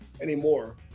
anymore